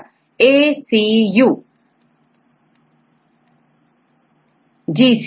पहले आपको R N A sequence चाहिए